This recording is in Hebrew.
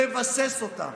לבסס אותה.